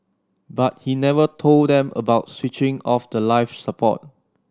but he never told them about switching off the life support